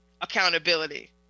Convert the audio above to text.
accountability